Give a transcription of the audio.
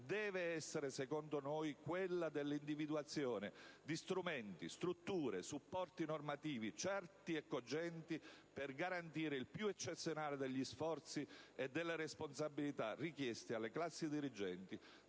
deve essere, secondo noi, quella dell'individuazione di strumenti, strutture, supporti normativi certi e cogenti per garantire il più eccezionale degli sforzi e delle responsabilità richiesti alle classi dirigenti